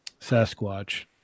Sasquatch